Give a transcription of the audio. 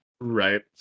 Right